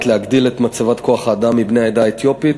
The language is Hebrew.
להגדיל את מצבת כוח האדם מבני העדה האתיופית,